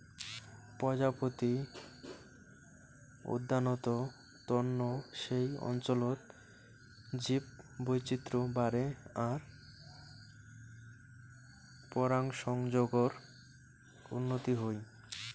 প্রজাপতি উদ্যানত তন্ন সেই অঞ্চলত জীববৈচিত্র বাড়ে আর পরাগসংযোগর উন্নতি হই